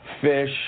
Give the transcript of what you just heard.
fish